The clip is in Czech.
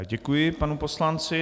Děkuji panu poslanci.